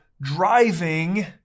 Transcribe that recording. driving